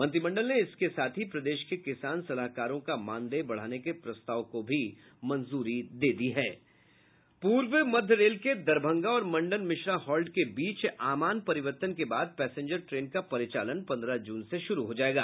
मंत्रिमंडल ने इसके साथ हीं प्रदेश के किसान सलाहकारों का मानदेय बढ़ाने के प्रस्ताव को भी मंजूरी दे दी है पूर्व मध्य रेल के दरभंगा और मंडन मिश्रा हॉल्ट के बीच आमान परिवर्तन के बाद पैसेंजर ट्रेन का परिचालन पन्द्रह जून से शुरू हो जायेगा